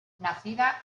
nacida